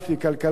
כלכלה,